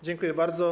Dziękuję bardzo.